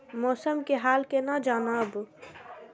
मौसम के हाल केना जानब?